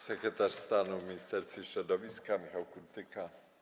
Sekretarz stanu w Ministerstwie Środowiska pan Michał Kurtyka.